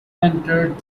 entered